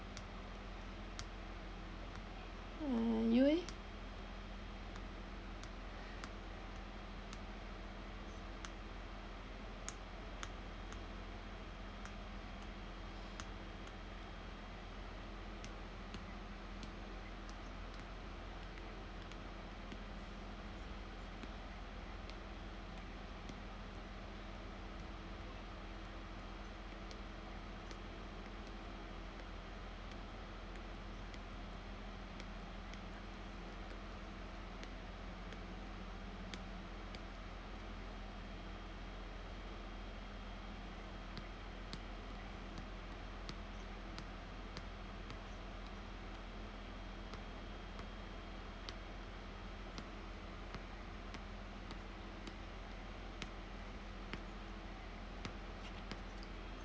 mm you eh